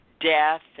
death